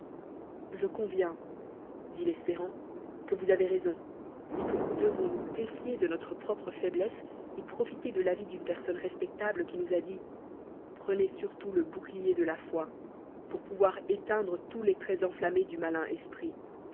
je conviens dit l'espérant que vous avez raison et que nous devons nous défier de notre propre foiblesse et profiter de l'avis d'nne personne respectable qui nous a dit prenez surtout le bouclier de la foi pour ponvoir éteindre tons les traits enflammés du malin esprit